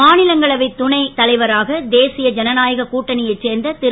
மாநிலங்களவை துணை தலைவராக தேசிய ஜனநாயக கூட்டணியை சேர்ந்த திரு